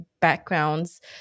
backgrounds